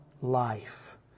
life